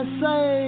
say